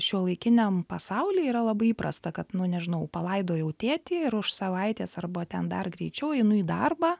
šiuolaikiniam pasauly yra labai įprasta kad nu nežinau palaidojau tėtį ir už savaitės arba ten dar greičiau einu į darbą